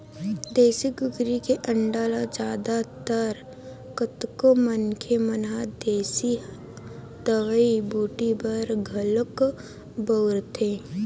देसी कुकरी के अंडा ल जादा तर कतको मनखे मन ह देसी दवई बूटी बर घलोक बउरथे